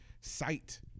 Sight